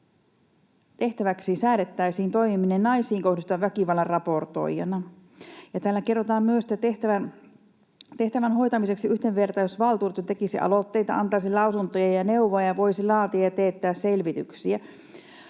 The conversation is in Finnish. tehtäväksi säädettäisiin toimiminen naisiin kohdistuvan väkivallan raportoijana. Täällä kerrotaan myös, että tehtävän hoitamiseksi yhdenvertaisuusvaltuutettu tekisi aloitteita, antaisi lausuntoja ja neuvoja ja voisi laatia ja teettää selvityksiä.